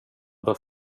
bör